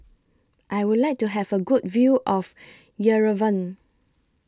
I Would like to Have A Good View of Yerevan